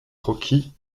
croquis